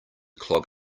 clog